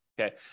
Okay